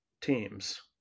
teams